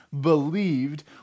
believed